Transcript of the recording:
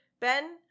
Ben